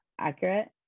accurate